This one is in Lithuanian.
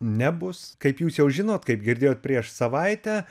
nebus kaip jūs jau žinot kaip girdėjot prieš savaitę